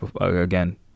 again